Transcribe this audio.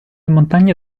montagne